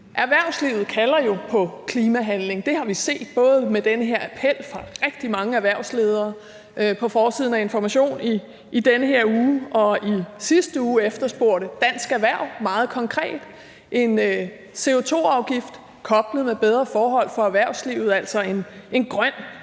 Erhvervslivet kalder jo på klimahandling. Det har vi set, både med den her appel fra rigtig mange erhvervsledere på forsiden af Information i den her uge, og i sidste uge efterspurgte Dansk Erhverv meget konkret en CO2-afgift koblet med bedre forhold for erhvervslivet, altså en grøn